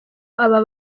aba